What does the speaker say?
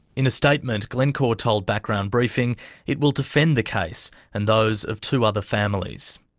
in a statement, glencore told background briefing it will defend the case and those of two other families.